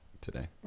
today